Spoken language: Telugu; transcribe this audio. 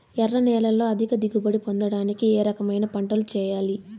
ఎర్ర నేలలో అధిక దిగుబడి పొందడానికి ఏ రకమైన పంటలు చేయాలి?